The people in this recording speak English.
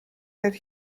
that